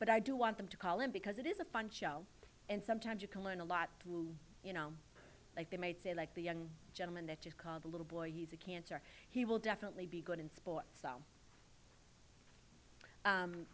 but i do want them to call in because it is a fun show and sometimes you can learn a lot you know like they might say like the young gentleman that just called the little boy he's a cancer he will definitely be good in sports so